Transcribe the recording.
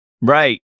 right